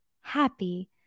happy